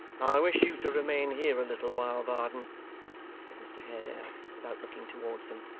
i wish you to remain here a little while, varden said mr haredale, without looking towards them.